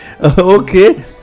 Okay